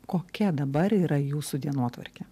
kokia dabar yra jūsų dienotvarkė